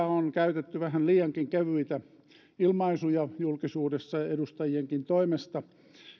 on käytetty vähän liiankin kevyitä ilmaisuja julkisuudessa edustajienkin toimesta